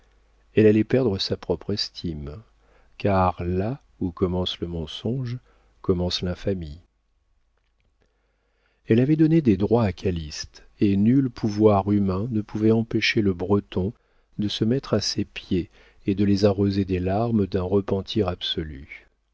elle allait perdre sa propre estime car là où commence le mensonge commence l'infamie elle avait donné des droits à calyste et nul pouvoir humain ne pouvait empêcher le breton de se mettre à ses pieds et de les arroser des larmes d'un repentir absolu